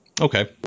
Okay